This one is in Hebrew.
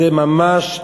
זה ממש,